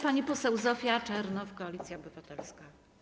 Pani poseł Zofia Czernow, Koalicja Obywatelska.